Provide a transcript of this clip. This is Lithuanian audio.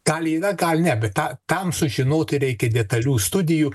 gal yra gal ne bet tą tam sužinoti reikia detalių studijų